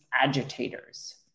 agitators